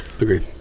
Agreed